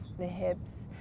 the hips,